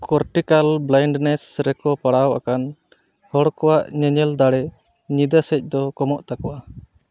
cortical blindness ᱨᱮᱠᱚ ᱯᱟᱲᱟᱣ ᱟᱠᱟᱱ ᱦᱚᱲ ᱠᱚᱣᱟᱜ ᱧᱮᱧᱮᱞ ᱫᱟᱲᱮ ᱧᱤᱫᱟᱹ ᱥᱮᱡ ᱫᱚ ᱠᱚᱢᱚᱜ ᱛᱟᱠᱚᱣᱟ